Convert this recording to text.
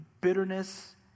bitterness